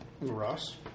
Ross